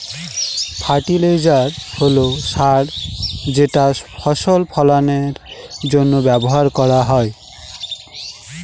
fertiliser হল সার যেটা ফসল ফলানের জন্য ব্যবহার করা হয়